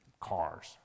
cars